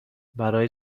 برای